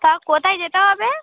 তা কোথায় যেতে হবে